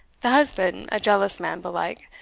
the husband, a jealous man, belike,